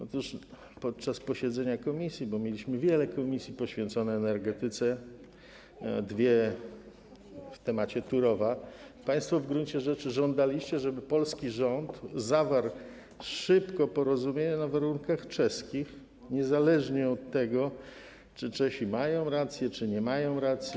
Otóż podczas posiedzenia komisji, bo mieliśmy wiele posiedzeń komisji poświęconych energetyce, dwa na temat Turowa, państwo w gruncie rzeczy żądaliście, żeby polski rząd zawarł szybko porozumienie na warunkach czeskich, niezależnie od tego, czy Czesi mają rację, czy nie mają racji.